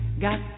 Got